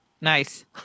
Nice